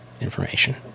information